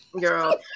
Girl